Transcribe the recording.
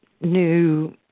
New